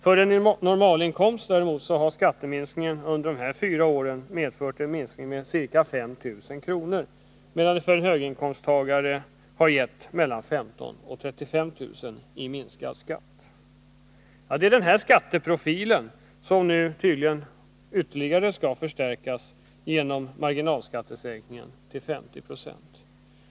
För en normalinkomsttagare har skatten under dessa fyra år minskat med ca 5 000 kr., medan den för en höginkomsttagare har uppgått till mellan 15 000 och 35 000 kr. Det är denna skatteprofil som nu tydligen ytterligare skall förstärkas genom marginalskattesänkningen till 50 26.